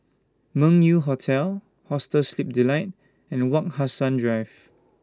Meng Yew Hotel Hostel Sleep Delight and Wak Hassan Drive